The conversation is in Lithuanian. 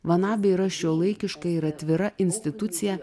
van abi yra šiuolaikiška ir atvira institucija